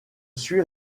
suis